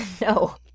No